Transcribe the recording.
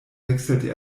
wechselte